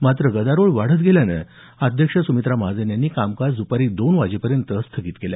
मात्र गदारोळ वाढत गेल्यानं अध्यक्ष सुमित्रा महाजन यांनी कामकाज दपारी दोन वाजेपर्यंत स्थगित केलं